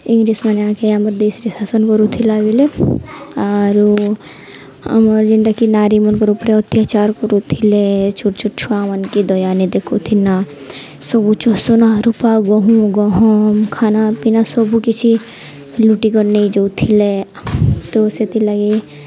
ଇଂରେଜମାନେ ଆଗେ ଆମର୍ ଦେଶରେ ଶାସନ କରୁଥିଲା ବଲେ ଆରୁ ଆମର ଯେନ୍ଟାକି ନାରୀ ମାନଙ୍କର ଉପରେ ଅତ୍ୟାଚାର କରୁଥିଲେ ଛୋଟ ଛୋଟ ଛୁଆମାନ୍କେ ଦୟା ନାଇଁ ଦେଖଉଥିନା ସବୁ ସୁନା ରୂପା ଗହଁ ଗହମ ଖାନାପିନା ସବୁକିଛି ଲୁଟିକି ନେଇ ଯାଉଥିଲେ ତ ସେଥିଲାର୍ ଲାଗି